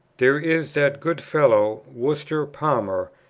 there is that good fellow, worcester palmer,